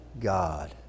God